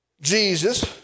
Jesus